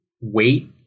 wait